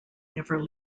never